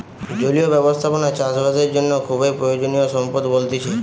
জলীয় ব্যবস্থাপনা চাষ বাসের জন্য খুবই প্রয়োজনীয় সম্পদ বলতিছে